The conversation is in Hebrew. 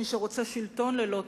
מי שרוצה שלטון ללא תנאי.